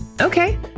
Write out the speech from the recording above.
Okay